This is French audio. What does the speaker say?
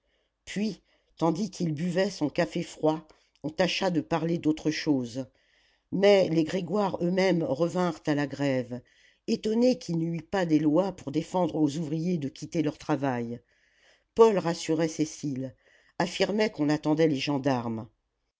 puis tandis qu'il buvait son café froid on tâcha de parler d'autre chose mais les grégoire eux-mêmes revinrent à la grève étonnés qu'il n'y eût pas des lois pour défendre aux ouvriers de quitter leur travail paul rassurait cécile affirmait qu'on attendait les gendarmes